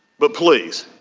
but please.